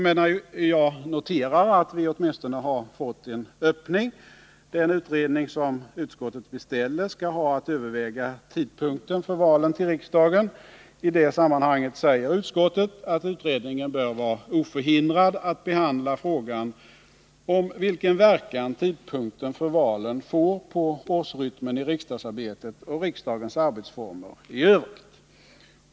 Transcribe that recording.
Men jag noterar att vi åtminstone fått en öppning. Den utredning som utskottet beställer skall ha att överväga tidpunkten för valen till riksdagen. I det sammanhanget säger utskottet att utredningen bör vara oförhindrad att behandla frågan om vilken verkan tidpunkten för valen får på årsrytmen i riksdagsarbetet och riksdagens arbetsformer i övrigt.